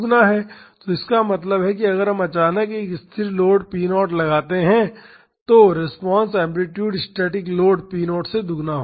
तो इसका मतलब है कि अगर हम अचानक एक स्थिर लोड पी 0 लगाते हैं तो response amplitude static load p0 से दोगुना होगा